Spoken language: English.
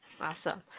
awesome